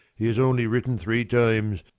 he has only written three times,